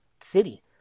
city